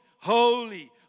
holy